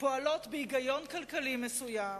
פועלות בהיגיון כלכלי מסוים,